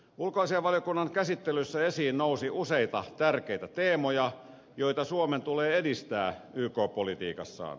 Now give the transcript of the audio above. ulkoasiainvaliokunnan käsittelyssä esiin nousi useita tärkeitä teemoja joita suomen tulee edistää yk politiikassaan